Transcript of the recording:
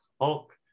Hulk